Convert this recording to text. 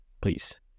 please